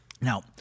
Now